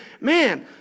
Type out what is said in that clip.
man